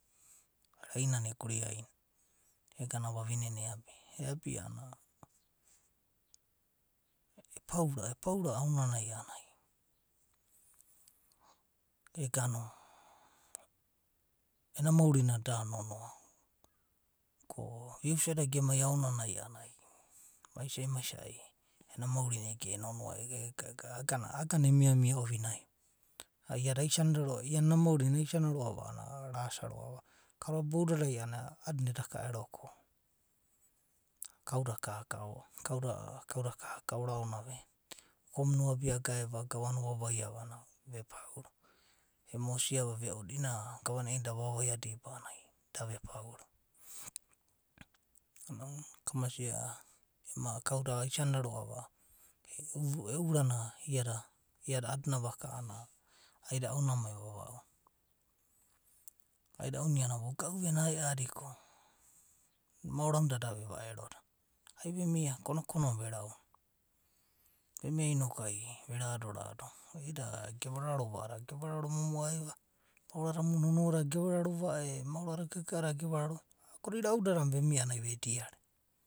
Rainana eguri airua egana vavine na eabia. eabia a’anana e’paura aonanai a’anai eganu, ena mavina da nonoa ko viusauda gemai aonanai a’anana ena maurina ega e’nonoa, iagana emia emia ovinai va. Iada aisanida roa’va. iana ena mauri na aisania roa. va a’anana arasoana kauda bod dadai ero ko kauu da kaka. kau da kaka. uko muna o’abia gae’ua gava na ova vaiava a’anana ve paura. Ema vosia gavana i’inana da va vavaia diba a’anana ai da vepaura. A’adina ounana kauda aisanida roa’va iada a’adina vaka aka roa. va anana aida unam ai vava’u na. aida’u na iana voga’u vemia a’aedi ko maora muda da veva ero. vemia. komo kono na verauna. vemia noku veradorad. Maora da gava raro va a’adada gavararo va. agoda irau dada vemia a’anana ai vediara.